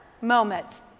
moments